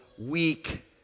weak